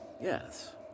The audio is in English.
yes